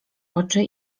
oczy